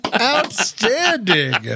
outstanding